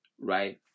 Right